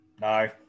No